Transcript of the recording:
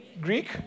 Greek